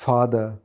Father